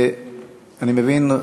אני מבין,